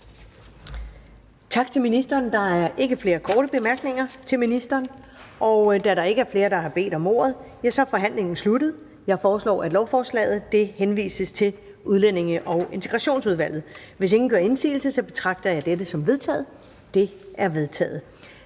Tak til ministeren. Der er ikke flere korte bemærkninger til ministeren. Da der ikke er flere, der har bedt om ordet, er forhandlingen sluttet. Jeg foreslår, at lovforslaget henvises til Udlændinge- og Integrationsudvalget. Hvis ingen gør indsigelse, betragter jeg dette som vedtaget. Det er vedtaget.